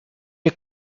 est